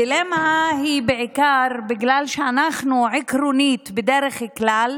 הדילמה היא בעיקר בגלל שאנחנו עקרונית בדרך כלל